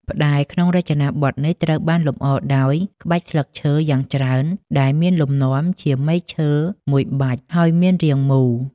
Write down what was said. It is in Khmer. ផ្តែរក្នុងរចនាបថនេះត្រូវបានលម្អដោយ ក្បាច់ស្លឹកឈើយ៉ាងច្រើន ដែលមានលំនាំជាមែកឈើមួយបាច់ ហើយមានរាងមូល។